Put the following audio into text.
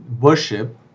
worship